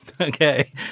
Okay